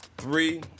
Three